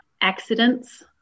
accidents